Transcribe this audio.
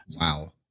Wow